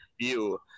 view